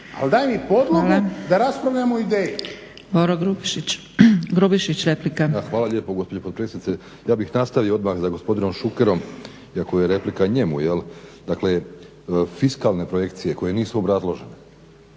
replika. **Grubišić, Boro (HDSSB)** Hvala lijepo gospođo potpredsjednice. Ja bih nastavio odmah za gospodinom Šukerom, iako je replika njemu, dakle fiskalne projekcije koje nisu obrazložene